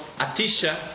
Atisha